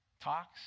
Talks